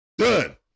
Done